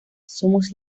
somos